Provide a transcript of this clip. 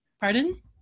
Pardon